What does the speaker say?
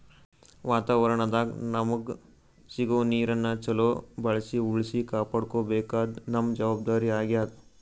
ವಾತಾವರಣದಾಗ್ ನಮಗ್ ಸಿಗೋ ನೀರನ್ನ ಚೊಲೋ ಬಳ್ಸಿ ಉಳ್ಸಿ ಕಾಪಾಡ್ಕೋಬೇಕಾದ್ದು ನಮ್ಮ್ ಜವಾಬ್ದಾರಿ ಆಗ್ಯಾದ್